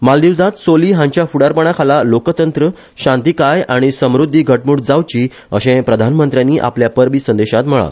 मालदीवांत सोली हांच्या फुडारपणा खाला लोकतंत्र शांतीकाय आनी समृध्दी घटमुट जावची अशें प्रधानमंत्र्यानी आपल्या परबी संदेशांत म्हणला